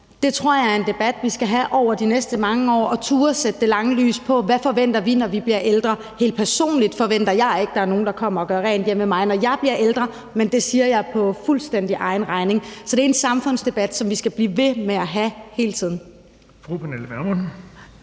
tror jeg er en debat vi skal have over de næste mange år, og hvor vi også skal turde sætte det lange lys på, hvad vi forventer, når vi bliver ældre. Helt personligt forventer jeg ikke, at der er nogen, der kommer og gør rent hjemme ved mig, når jeg bliver ældre, men det siger jeg på fuldstændig egen regning. Så det er en samfundsdebat, som vi hele tiden skal blive ved med at have. Kl.